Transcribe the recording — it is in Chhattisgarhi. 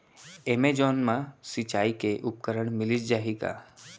एमेजॉन मा सिंचाई के उपकरण मिलिस जाही का?